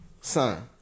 Son